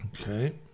Okay